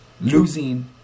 losing